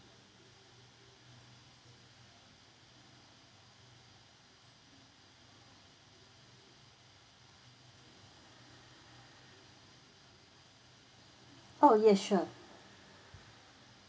oh yes sure